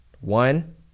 one